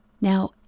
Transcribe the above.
Now